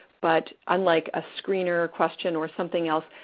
but unlike a screener question or something else,